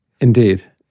Indeed